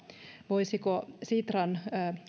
voisiko sitran